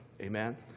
Amen